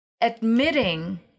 admitting